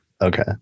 okay